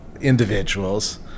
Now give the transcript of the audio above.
individuals